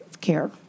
care